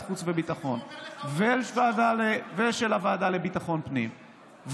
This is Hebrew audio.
חוץ וביטחון ושל הוועדה לביטחון הפנים.